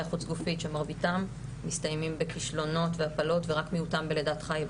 חוץ גופית שמרביתם מסתיימים בכישלונות והפלות ורק מיעוטם בלידת חי,